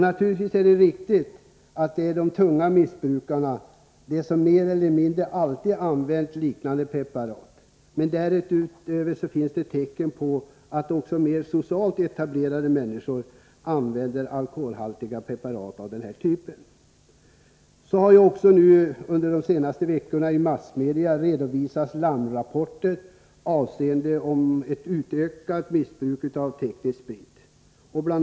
Naturligtvis är det riktigt att det är de tunga missbrukarna det gäller, de som mer eller mindre alltid har använt liknande preparat, men det finns tecken på att också socialt mer etablerade människor använder preparat av den här typen. I massmedia har under de senaste veckorna redovisats larmrapporter avseende ökat missbruk av teknisk sprit. Bl.